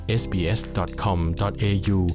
sbs.com.au